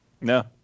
No